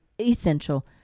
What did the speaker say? essential